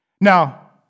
Now